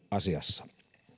asiassa